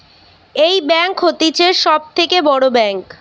এই ব্যাঙ্ক হতিছে সব থাকে বড় ব্যাঙ্ক